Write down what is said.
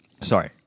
sorry